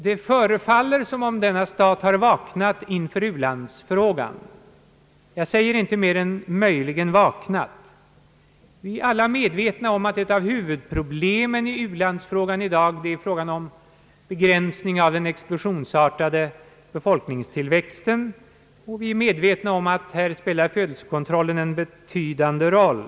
Det förefaller som om denna stat har vaknat inför u-landsfrågan — jag säger inte mer än »möjligen vaknat». Vi är alla medvetna om att ett av huvudproblemen i u-landsfrågan är frågan om begränsning av den explosionsartade befolkningstillväxten. Vi är också medvetna om att födelsekontrollen här spelar en betydande roll.